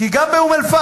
כי גם באום-אל-פחם,